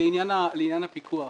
לעניין הפיקוח